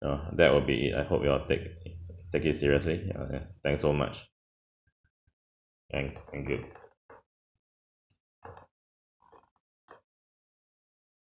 no that will be it I hope you all take take it seriously ya ya thanks so much thank thank you